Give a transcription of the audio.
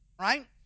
Right